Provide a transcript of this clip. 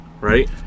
Right